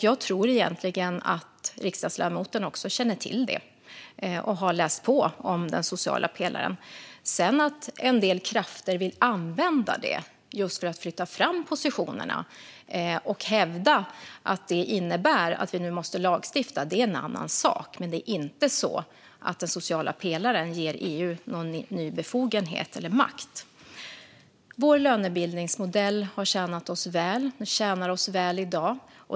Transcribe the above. Jag tror att riksdagsledamoten egentligen också känner till det och har läst på om den sociala pelaren. Att en del krafter sedan vill använda det för att flytta fram positionerna och hävda att det innebär att vi nu måste lagstifta är en annan sak. Men det är inte så att den sociala pelaren ger EU någon ny befogenhet eller makt. Vår lönebildningsmodell har tjänat oss väl och tjänar oss väl i dag.